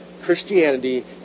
Christianity